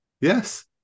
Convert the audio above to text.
Yes